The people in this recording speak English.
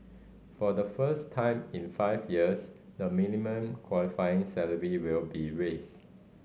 for the first time in five years the minimum qualifying salary will be raised